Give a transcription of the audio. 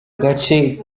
gace